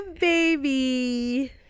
baby